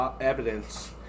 evidence